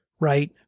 right